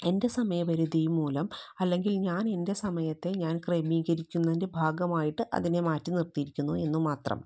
എൻ്റെ സമയപരിധി മൂലം അല്ലെങ്കിൽ ഞാൻ എൻ്റെ സമയത്തെ ഞാൻ ക്രമീകരിക്കുന്നതിൻ്റെ ഭാഗമായിട്ട് അതിനേ മാറ്റി നിർത്തിയിരിക്കുന്നു എന്ന് മാത്രം